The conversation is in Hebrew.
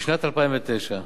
בשנת 2009,